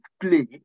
play